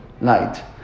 light